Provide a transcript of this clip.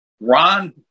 Ron